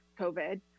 COVID